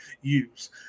use